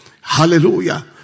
Hallelujah